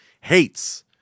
hates